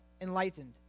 enlightened